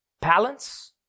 Balance